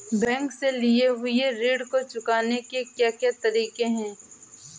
Bank से लिए हुए ऋण को चुकाने के क्या क्या तरीके हैं?